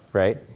right?